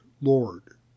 Lord